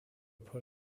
put